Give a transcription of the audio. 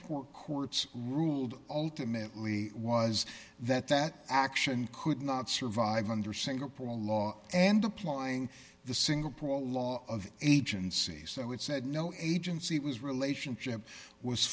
pore courts ruled ultimately was that that action could not survive under singapore law and applying the single paul law of agency so it said no agency was relationship was